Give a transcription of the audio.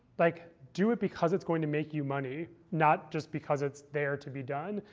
like do it because it's going to make you money, not just because it's there to be done.